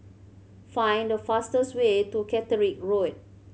find the fastest way to Caterick Road